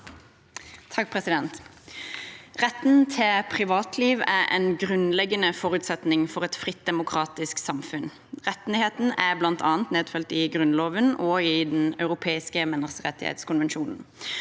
(V) Retten til privatliv er en grunnleggende forutsetning for et fritt, demokratisk samfunn. Rettigheten er bl.a. nedfelt i Grunnloven og i Den europeiske menneskerettskonvensjon.